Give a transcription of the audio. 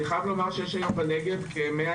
אני חייב לומר שיש כיום בנגב כ-120